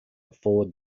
ford